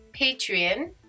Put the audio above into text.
Patreon